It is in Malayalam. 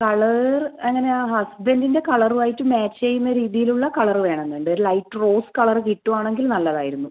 കളർ എങ്ങനെയാണ് ഹസ്ബൻ്റിൻ്റെ കളറും ആയിട്ട് മാച്ച് ചെയ്യുന്ന രീതിയിലുള്ള കളറ് വേണം എന്ന് ഉണ്ട് ഒരു ലൈറ്റ് റോസ് കളറ് കിട്ടുകയാണെങ്കിൽ നല്ലതായിരുന്നു